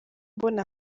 mbona